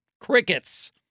crickets